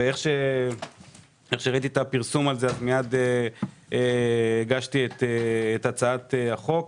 ואיך שראיתי את הפרסום הזה מייד הגשתי את הצעת החוק.